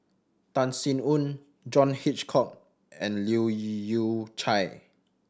Tan Sin Aun John Hitchcock and Leu Yew Chye